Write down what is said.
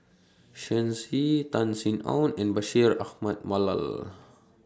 Shen Xi Tan Sin Aun and Bashir Ahmad Mallal